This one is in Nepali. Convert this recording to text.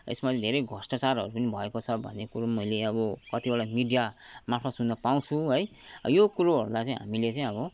यसमा चै धेरै भ्रष्टाचारहरू पनि भएको छ भन्ने कुरो मैले अब कतिवटा मिडिया मार्फत सुन्न पाउँछु यो कुरोलाई चाहिँ हामीले चाहिँ अब